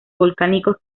volcánicos